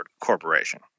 corporation